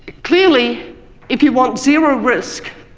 clearly if you want zero risk,